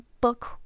book